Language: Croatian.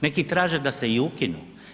Neki traže da se i ukinu.